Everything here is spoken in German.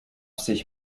sich